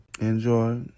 enjoy